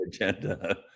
agenda